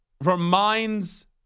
reminds